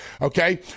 Okay